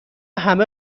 همه